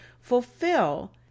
fulfill